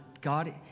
God